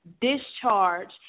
discharge